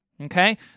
okay